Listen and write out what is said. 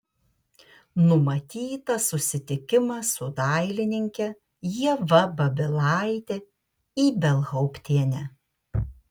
numatytas susitikimas su dailininke ieva babilaite ibelhauptiene